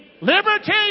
liberty